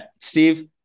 Steve